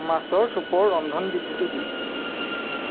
মাছৰ চুপৰ ৰন্ধন বিধিটো কি